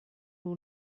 will